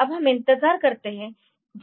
अब हम इंतजार करते है